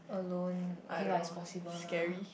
alone okay lah is possible lah